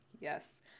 Yes